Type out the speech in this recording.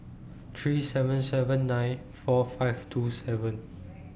three seven seven nine four five two seven